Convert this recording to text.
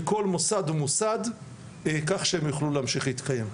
לכל מוסד ומוסד, כך שהם יוכלו להמשיך להתקיים.